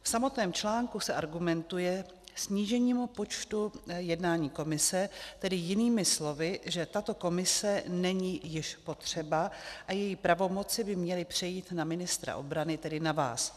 V samotném článku se argumentuje snížením počtu jednání komise, tedy jinými slovy, že tato komise není již potřeba a její pravomoci by měly přejít na ministra obrany, tedy na vás.